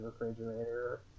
refrigerator